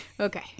Okay